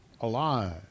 alive